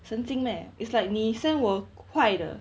神经 meh it's like 你 send 我坏的